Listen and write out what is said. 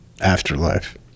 Afterlife